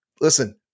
Listen –